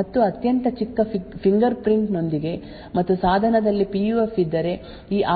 ಮತ್ತು ಅತ್ಯಂತ ಚಿಕ್ಕ ಫಿಂಗರ್ಪ್ರಿಂಟ್ ನೊಂದಿಗೆ ಮತ್ತು ಸಾಧನದಲ್ಲಿ ಪಿಯುಎಫ್ ಇದ್ದರೆ